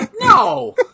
no